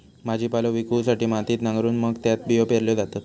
भाजीपालो पिकवूसाठी मातीत नांगरून मग त्यात बियो पेरल्यो जातत